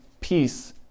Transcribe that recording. Peace